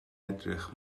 edrych